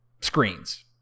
screens